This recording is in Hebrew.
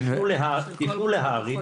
תפנו להר"י,